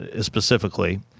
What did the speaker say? specifically